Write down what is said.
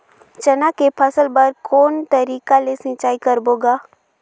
चना के फसल बर कोन तरीका ले सिंचाई करबो गा?